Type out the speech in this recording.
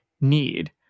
need